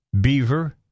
Beaver